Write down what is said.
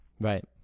Right